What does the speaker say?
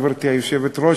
גברתי היושבת-ראש,